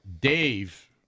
Dave